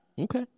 Okay